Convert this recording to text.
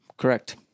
Correct